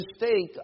mistake